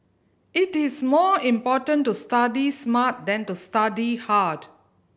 it is more important to study smart than to study hard